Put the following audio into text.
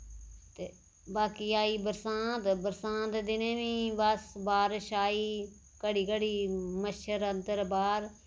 ते बाकी आई बरसांत बरसांत दिनें बी बस बारिश आई घड़ी घड़ी मच्छर अंदर बाह्र